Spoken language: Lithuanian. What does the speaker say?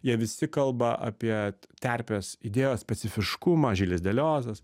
jie visi kalba apie terpės idėjos specifiškumą žilis deliozas